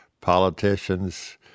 politicians